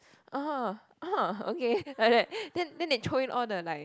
(uh huh) (uh huh) okay then after that they throw in all the like